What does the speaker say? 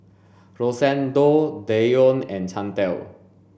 Rosendo Deion and Chantal